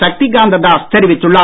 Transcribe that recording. சக்திகாந்த தாஸ் தெரிவித்துள்ளார்